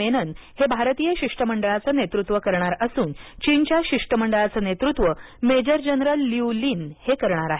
मेनन हे भारतीय शिष्टमंडळाचं नेतृत्व करणार असून चीनच्या शिष्टमंडळाचं नेतृत्व मेजर जनरल लिऊ लिन हे करणार आहेत